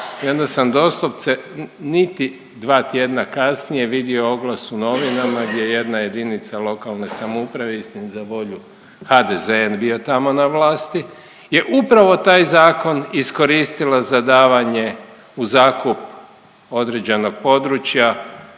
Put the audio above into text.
onda sam doslovce niti dva tjedna kasnije vidio oglas u novinama gdje jedna jedinica lokalne samouprave, istini za volju HDZ je bio tamo na vlasti, je upravo taj zakon iskoristila za davanje u zakup određenog područja